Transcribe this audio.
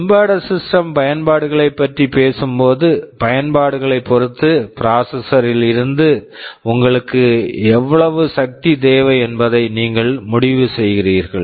embedded system embedded system பயன்பாடுகளைப் பற்றி பேசும்போது பயன்பாடுகளைப் பொறுத்து ப்ராசெசர் processor ல் இருந்து உங்களுக்கு எவ்வளவு சக்தி தேவை என்பதை நீங்கள் முடிவு செய்கிறீர்கள்